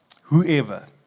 Whoever